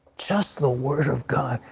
just the word of god.